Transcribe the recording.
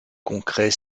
concret